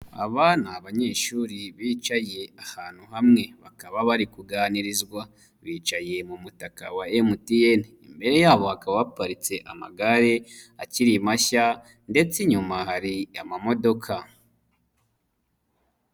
Aba ni abanyeshuri bicaye ahantu hamwe bakaba bari kuganirizwa, bicaye mu mutaka wa MTN, imbere yabo hakaba haparitse amagare akiri mashya ndetse inyuma hari amamodoka.